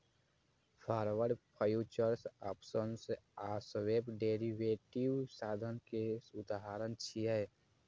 forward, futures, options आ swap derivative साधन के उदाहरण छियै